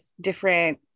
different